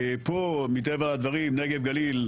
פה מטבע הדברים נגב גליל,